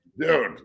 Dude